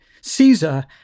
Caesar